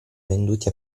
venduti